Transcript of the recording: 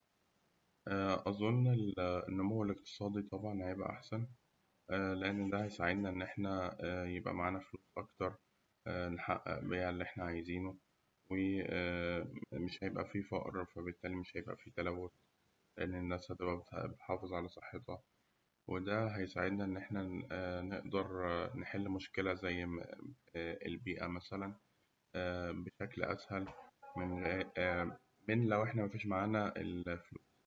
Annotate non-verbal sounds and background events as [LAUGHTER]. أظن ال [HESITATION] النمو الاقتصادي طبعاً هيبقى أحسنز لأن ده هيساعدنا إن إحنا يبقى معانا فلوس أكتر نحقق بيها اللي إحنا عايزينه وآ [HESITATION] مش هيبقى فيه فقر فبالتالي مش هيبقى فيه تلوث، لأن الناس هتبقى بتح- بتحافظ على صحتها، وده هيساعدنا إن إحنا ن- نقدر [HESITATION] نحل مشكلة زي البيئة مثلاً [HESITATION] بشكل أسهل من [HESITATION] من لو إحنا مفيش معانا ال-